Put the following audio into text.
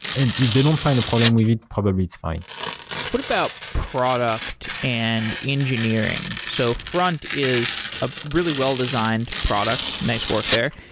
and if they don't find a problem with it, probably it's fine what about product and engineering? so front is a really well-designed product, nice work there.